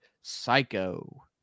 Psycho